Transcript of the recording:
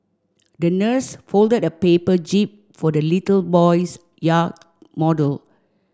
the nurse folded a paper jib for the little boy's yacht model